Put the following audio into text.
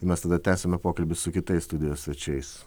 mes tada tęsiame pokalbį su kitais studijos svečiais